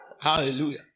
Hallelujah